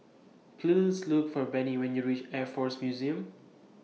Please Look For Bennie when YOU REACH Air Force Museum